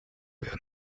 werden